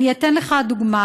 אני אתן לך דוגמה,